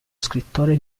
scrittore